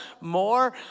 more